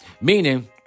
meaning